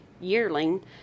yearling